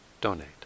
donate